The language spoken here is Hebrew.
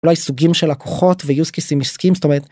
אולי הסוגים של הכוחות ויוזקייסים עסקיים זאת אומרת.